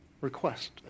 Request